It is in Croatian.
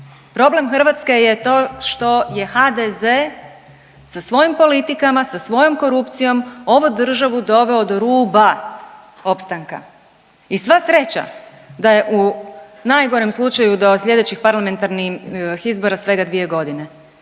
Problem Hrvatske je to što je HDZ sa svojim politikama, sa svojom korupcijom ovu državu doveo do ruba opstanka i sva sreća da je u najgorem slučaju do slijedećih parlamentarnih izbora svega 2.g.